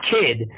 kid